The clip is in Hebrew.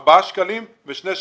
ארבעה שקלים ושני שקלים.